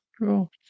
Cool